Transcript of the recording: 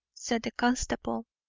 said the constable.